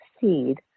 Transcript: seed